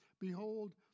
Behold